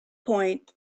point